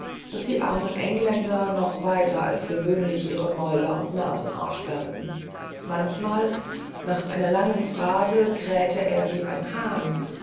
daß die armen engländer noch weiter als gewöhnlich ihre mäuler und nasen aufsperrten manchmal nach einer langen phrase krähte er wie ein hahn